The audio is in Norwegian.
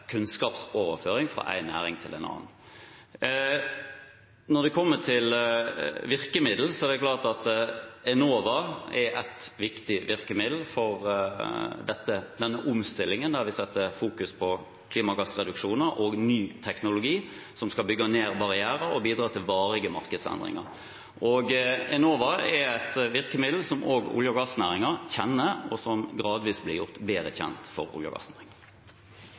kunnskapsoverføring fra en næring til en annen. Når det gjelder virkemidler, er det klart at Enova er et viktig virkemiddel for denne omstillingen, der vi fokuserer på klimagassreduksjoner og ny teknologi som skal bygge ned barrierer og bidra til varige markedsendringer. Enova er et virkemiddel som også olje- og gassnæringen kjenner, og som gradvis blir gjort bedre kjent for olje- og